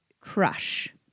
Crush